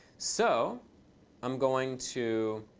so i'm going to